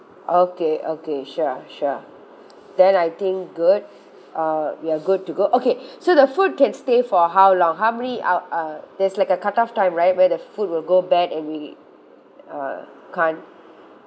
okay okay sure sure then I think good uh we're good to go okay so the food can stay for how long how many hou~ uh there's like a cut off time right where the food will go bad and we err can't